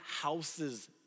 houses